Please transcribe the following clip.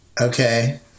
Okay